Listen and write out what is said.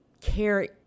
care